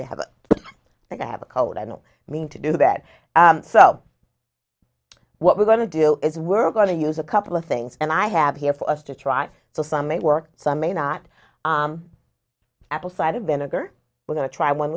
they have like i have a cold i don't mean to do that so what we're going to do is we're going to use a couple of things and i have here for us to try to some may work some may not apple cider vinegar we're going to try one